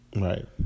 Right